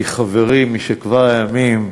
כי חברי משכבר הימים,